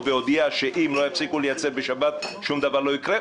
והודיעה שאם לא יפסיקו לייצר בשבת שום דבר לא יקרה.